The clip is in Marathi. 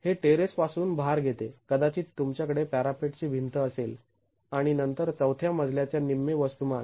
हे टेरेस पासून भार घेते कदाचित तुमच्याकडे पॅरापेट ची भिंत असेल आणि नंतर चौथ्या मजल्याच्या निम्मे वस्तुमान